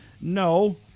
no